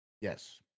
Yes